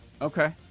Okay